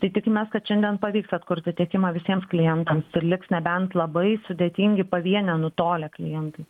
tai tikimės kad šiandien pavyks atkurti tiekimą visiems klientams ir liks nebent labai sudėtingi pavienę nutolę klientai